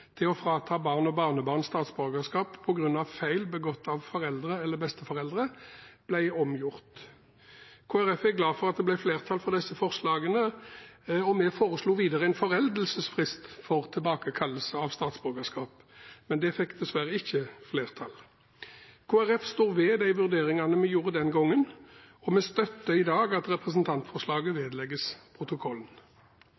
til å frata barn og barnebarn statsborgerskap på grunn av feil begått av foreldre eller besteforeldre. Kristelig Folkeparti er glad for at det ble flertall for disse forslagene. Vi foreslo videre en foreldelsesfrist for tilbakekallelse av statsborgerskap, men det fikk dessverre ikke flertall. Kristelig Folkeparti står ved de vurderingene vi gjorde den gangen, og vi støtter i dag at representantforslaget